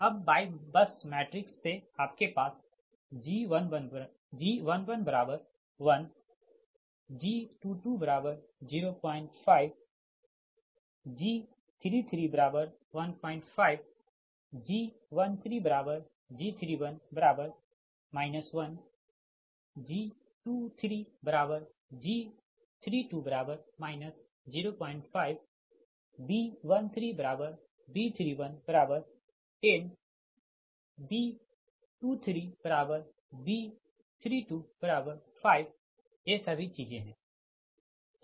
अब YBUS matrix से आपके पास G1110G2205 G3315G13G31 10G23G32 05B13B31100B23B3250ये सभी चीजें है